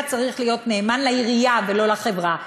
צריך להיות נאמן לעירייה ולא לחברה.